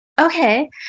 Okay